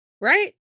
right